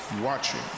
watching